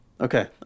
Okay